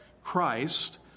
Christ